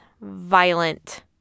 violent